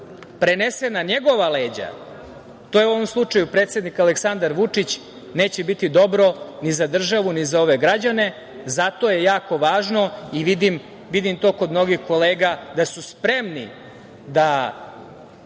prenese na njegova leđa, to je u ovom slučaju predsednik Aleksandar Vučić, neće biti dobro ni za državu, ni za ove građane. Zato je jako važno i vidim to kod mnogih kolega da su spremni da